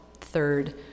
Third